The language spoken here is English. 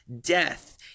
death